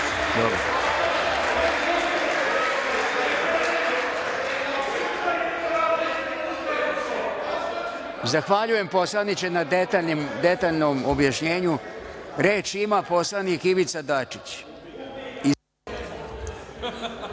Zahvaljujem poslaniče na detaljnom objašnjenju. Reč ima poslanik, Ivica Dačić.